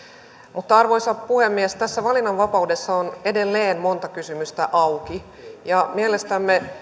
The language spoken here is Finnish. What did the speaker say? mutta arvoisa puhemies tässä valinnanvapaudessa on edelleen monta kysymystä auki mielestämme